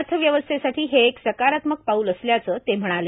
अर्थव्यवस्थेसाठी हे एक सकारात्मक पाऊल असल्याचं ते म्हणाले